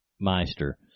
meister